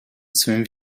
swym